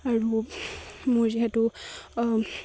আৰু মোৰ যিহেতু